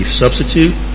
substitute